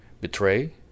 Betray